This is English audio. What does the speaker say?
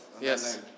Yes